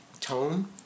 Tone